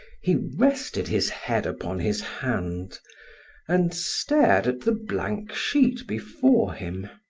he rested his head upon his hand and stared at the blank sheet before him.